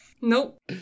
Nope